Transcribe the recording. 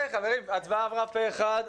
חברים, ההצבעה עברה פה אחד.